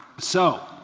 so